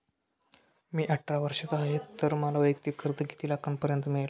मी अठरा वर्षांचा आहे तर मला वैयक्तिक कर्ज किती लाखांपर्यंत मिळेल?